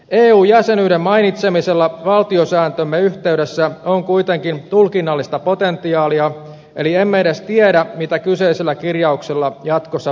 eu jäsenyyden mainitsemisella valtiosääntömme yhteydessä on kuitenkin tulkinnallista potentiaalia eli emme edes tiedä mitä kyseisellä kirjauksella jatkossa perusteltaisiin